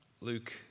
Luke